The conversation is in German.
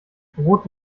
brot